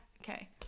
okay